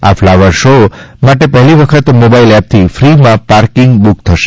આ flower show માટે પહેલી વખત મોબાઇલ એપથી ફીમાં પાર્કિંગ બુક થશે